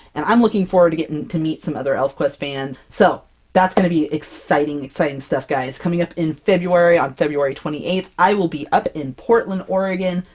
and i'm looking forward to getting to meet some other elfquest fans, so that's going to be exciting-exciting stuff guys! coming up in february, on february twenty eighth, i will be up in portland, oregon!